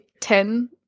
ten